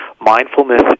mindfulness